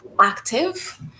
active